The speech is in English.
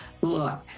look